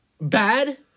bad